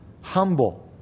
humble